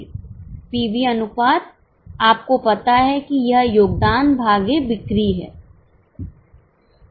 PV अनुपात आपको पता है कि यह योगदान भागे बिक्री है